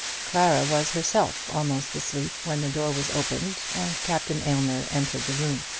clara was herself almost asleep when the door was opened, and captain aylmer entered the room.